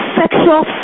sexual